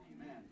Amen